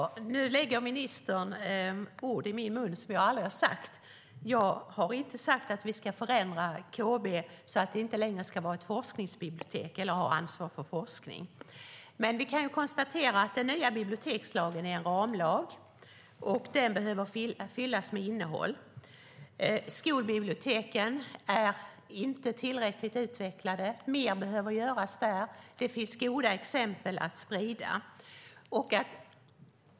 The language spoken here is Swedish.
Herr talman! Nu lägger ministern ord i min mun som jag aldrig har sagt. Jag har inte sagt att vi ska förändra KB så att det inte längre ska vara ett forskningsbibliotek eller ha ansvar för forskning. Men vi kan ju konstatera att den nya bibliotekslagen är en ramlag och att den behöver fyllas med innehåll. Skolbiblioteken är inte tillräckligt utvecklade. Mer behöver göras där. Det finns goda exempel att sprida.